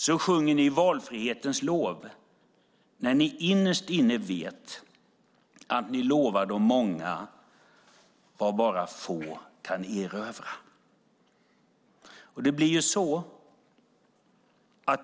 Ni sjunger valfrihetens lov när ni innerst inne vet att ni lovar de många vad bara få kan erövra.